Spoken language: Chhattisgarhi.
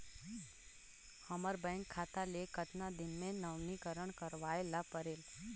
हमर बैंक खाता ले कतना दिन मे नवीनीकरण करवाय ला परेल?